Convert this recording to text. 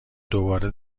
دوبار